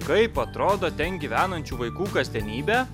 kaip atrodo ten gyvenančių vaikų kasdienybė